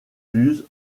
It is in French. luz